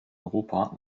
europa